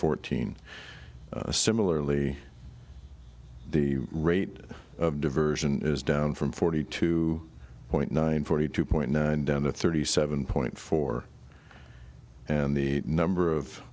fourteen similarly the rate of diversion is down from forty two point nine forty two point nine down to thirty seven point four and the number of